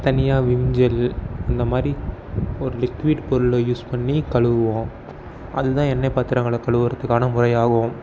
தனியாக Vim gel அந்த மாதிரி ஒரு லிக்கியூட் பொருள் யூஸ் பண்ணி கழுவுவோம் அதுதான் எண்ணெய் பாத்திரங்களை கழுவுகிறதுக்கான முறை ஆகும்